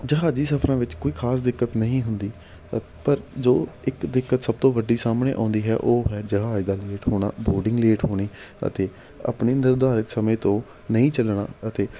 ਜਹਾਜੀ ਸਫਰਾਂ ਵਿੱਚ ਕੋਈ ਖਾਸ ਦਿੱਕਤ ਨਹੀਂ ਹੁੰਦੀ ਪਰ ਜੋ ਇੱਕ ਦਿੱਕਤ ਸਭ ਤੋਂ ਵੱਡੀ ਸਾਹਮਣੇ ਆਉਂਦੀ ਹੈ ਉਹ ਹੈ ਜਹਾਜ ਦਾ ਲੇਟ ਹੋਣਾ ਬੋਡਿੰਗ ਲੇਟ ਹੋਣੀ ਅਤੇ ਆਪਣੇ ਨਿਰਧਾਰਿਤ ਸਮੇਂ ਤੋਂ ਨਹੀਂ ਚੱਲਣਾ ਅਤੇ